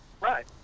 Right